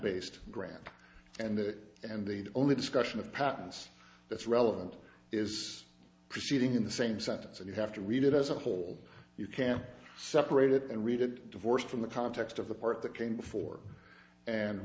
based grant and that and the only discussion of patents that's relevant is proceeding in the same sentence and you have to read it as a whole you can't separate it and read it divorced from the context of the part that came before and